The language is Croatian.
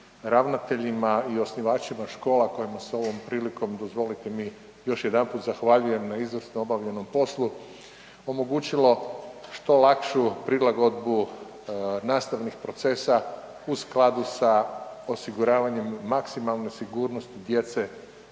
ravnateljima i osnivačima škola kojima se ovom prilikom dozvolite mi još jedanput zahvaljujem na izvrsno obavljenom poslu, omogućilo što lakšu prilagodbu nastavnih procesa u skladu sa osiguravanjem maksimalne sigurnosti djece